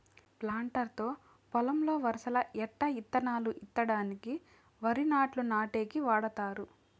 planter తో పొలంలో వరసల ఎంట ఇత్తనాలు ఇత్తడానికి, వరి నాట్లు నాటేకి వాడతారు